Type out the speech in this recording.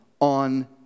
on